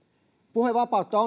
puhevapautta